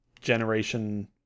generation